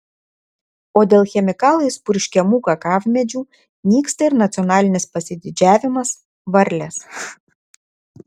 o dėl chemikalais purškiamų kakavmedžių nyksta ir nacionalinis pasididžiavimas varlės